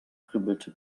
grübelte